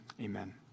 amen